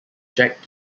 jack